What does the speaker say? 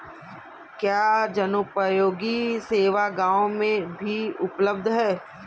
क्या जनोपयोगी सेवा गाँव में भी उपलब्ध है?